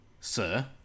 sir